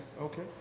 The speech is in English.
Okay